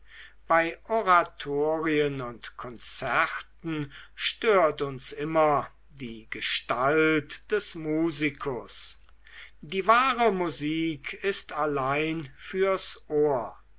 bei oratorien und konzerten stört uns immer die gestalt des musikus die wahre musik ist allein fürs ohr